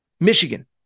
Michigan